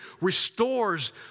restores